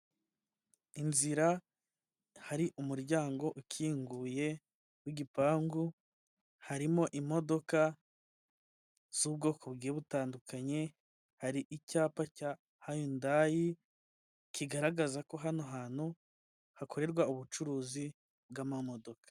Inzira hari umuryango ukinguye w'igipangu, harimo imodoka z'ubwoko bugiye butandukanye. Hari icyapa cya hundayi kigaragaza ko hano hantu hakorerwa ubucuruzi bw'amamodoka.